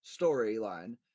storyline